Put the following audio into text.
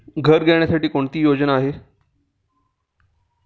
घर घेण्यासाठी कोणती योजना आहे?